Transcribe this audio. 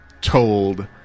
told